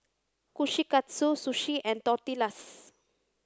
Kushikatsu Sushi and Tortillas